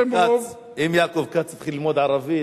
אם יעקב כץ התחיל ללמוד ערבית,